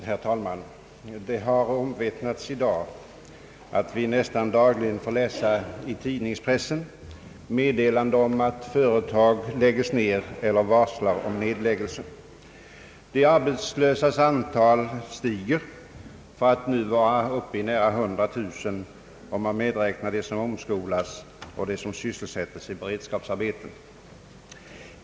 Herr talman! Det har omvittnats i dag att vi nästan dagligen får läsa i tidningspressen meddelanden cm att företag läggs ned eller varslar om nedläggelse. De arbetslösas antal stiger för att nu vara uppe i nära 100000 om man medräknar dem som omskolas eller sysselsättes med beredskapsarbete.